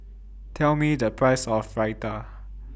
Tell Me The Price of Raita